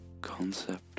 concept